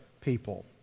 people